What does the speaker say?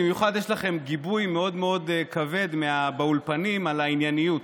במיוחד יש לכם גיבוי מאוד מאוד כבד באולפנים על הענייניות.